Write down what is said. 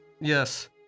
Yes